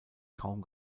kaum